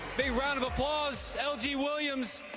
big round of applause, l g. williams,